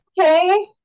Okay